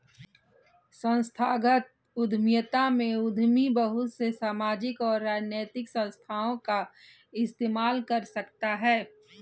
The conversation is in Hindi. संस्थागत उद्यमिता में उद्यमी बहुत से सामाजिक और राजनैतिक संस्थाओं का इस्तेमाल कर सकता है